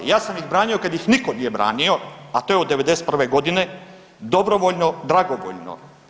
Ja sam ih branio kad ih nitko nije branio, a to je od '91.g. dobrovoljno, dragovoljno.